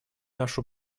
нашу